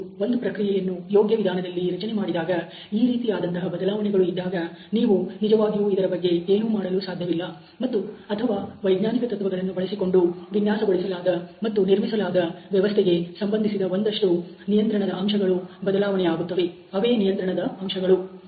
ಒಂದು ಪ್ರಕ್ರಿಯೆಯನ್ನು ಯೋಗ್ಯ ವಿಧಾನದಲ್ಲಿ ರಚನೆ ಮಾಡಿದಾಗ ಈ ರೀತಿಯಾದಂತಹ ಬದಲಾವಣೆಗಳು ಇದ್ದಾಗ ನೀವು ನಿಜವಾಗಿಯೂ ಇದರ ಬಗ್ಗೆ ಏನು ಮಾಡಲು ಸಾಧ್ಯವಿಲ್ಲ ಅಥವಾ ವೈಜ್ಞಾನಿಕ ತತ್ವಗಳನ್ನು ಬಳಸಿಕೊಂಡು ವಿನ್ಯಾಸಗೊಳಿಸಲಾದ ಮತ್ತು ನಿರ್ಮಿಸಲಾದ ವ್ಯವಸ್ಥೆಗೆ ಸಂಬಂಧಿಸಿದ ಒಂದಷ್ಟು ನಿಯಂತ್ರಣದ ಅಂಶಗಳು ಬದಲಾವಣೆ ಆಗುತ್ತಿರುತ್ತವೆ ಅವೇ ನಿಯಂತ್ರಣದ ಅಂಶಗಳುಆಗಿವೆ